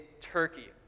Turkey